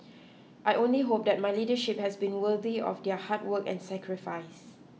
I only hope that my leadership has been worthy of their hard work and sacrifice